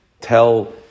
tell